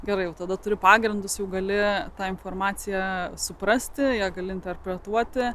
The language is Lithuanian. gerai jau tada turiu pagrindus jau gali tą informaciją suprasti ją gali interpretuoti